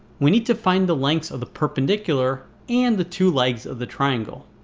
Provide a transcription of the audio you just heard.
we need to find the lengths of the perpendicular and the two legs of the triangle.